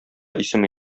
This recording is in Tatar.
исеме